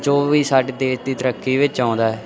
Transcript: ਜੋ ਵੀ ਸਾਡੇ ਦੇਸ਼ ਦੀ ਤਰੱਕੀ ਵਿੱਚ ਆਉਂਦਾ